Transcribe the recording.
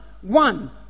one